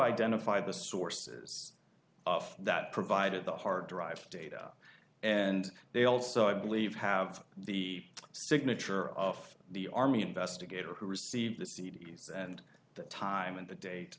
identify the sources of that provided the hard drives data and they also i believe have the signature of the army investigator who received the c d s and the time and the date